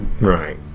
Right